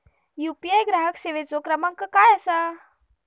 UPI ग्राहक सेवेचो क्रमांक काय असा?